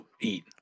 eat